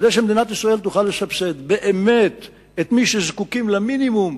כדי שמדינת ישראל תוכל לסבסד באמת את מי שזקוקים למינימום,